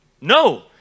No